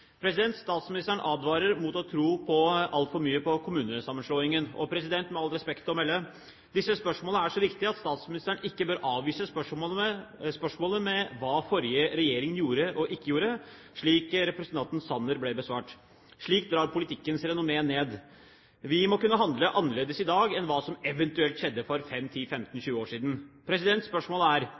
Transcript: Statsministeren advarer mot å tro altfor mye på kommunesammenslåingen. Med respekt å melde: Disse spørsmålene er så viktige at statsministeren ikke bør avvise dem med å vise til hva den forrige regjeringen gjorde og ikke gjorde, slik han svarte representanten Sanner. Slikt drar ned politikkens renommé. Vi må kunne handle annerledes i dag enn å se på hva som eventuelt skjedde for 5–10–15–20 år siden. Spørsmålet er: Mener statsministeren at det er